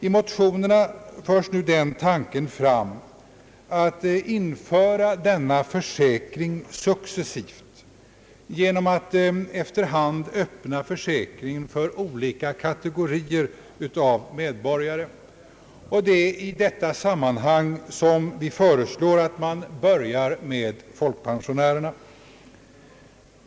I motionerna förs den tanken fram att införa denna försäkring successivt genom att efter hand öppna försäkringen för olika kategorier av medborgare. Det är i detta sammanhang som vi föreslår att man börjar med folkpensionärerna.